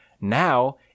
Now